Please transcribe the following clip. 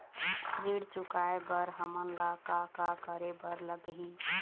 ऋण चुकाए बर हमन ला का करे बर लगही?